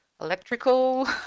electrical